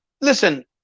Listen